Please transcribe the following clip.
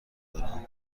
دارم